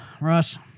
Russ